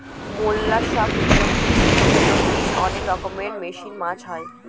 mollusc, finfish, shellfish অনেক রকমের marine মাছ হয়